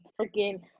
freaking